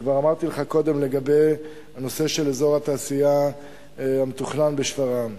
וכבר אמרתי לך קודם לגבי הנושא של אזור התעשייה המתוכנן בשפרעם.